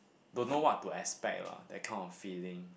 don't know what to expect lah that kind of feeling